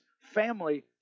family